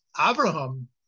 Abraham